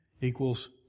equals